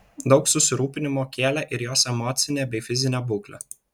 daug susirūpinimo kėlė ir jos emocinė bei fizinė būklė